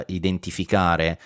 identificare